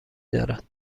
دارد